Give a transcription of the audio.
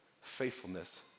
faithfulness